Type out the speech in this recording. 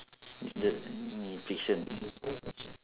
is that in fiction